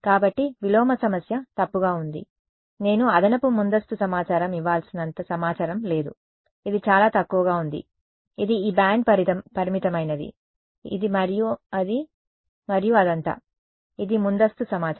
కాబట్టి విలోమ సమస్య తప్పుగా ఉంది నేను అదనపు ముందస్తు సమాచారం ఇవ్వాల్సినంత సమాచారం లేదు ఇది చాలా తక్కువగా ఉంది ఇది ఈ బ్యాండ్ పరిమితమైనది ఇది మరియు అది మరియు అదంతా ఇది ముందస్తు సమాచారం